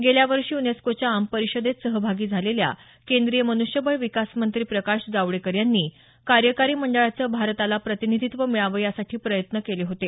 गेल्या वर्षी युनेस्कोच्या आम परिषदेत सहभागी झालेल्या केंद्रीय मन्ष्यबळ विकास मंत्री प्रकाश जावडेकर यांनी कार्यकारी मंडळाचं भारताला प्रतिनिधीत्व मिळावं यासाठी प्रयत्न केले होते